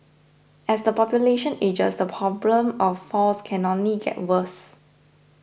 as the population ages the problem of falls can only get worse